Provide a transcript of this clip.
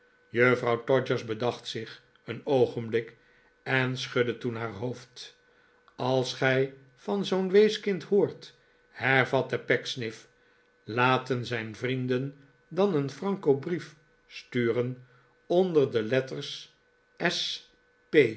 juffrouw todgers bedacht zich een oogenblik en schudde toen haar hoofd als gij van zoo'n weeskind hoort hervatte pecksniff laten zijn vrienden dan een franco brief sturen onder de letters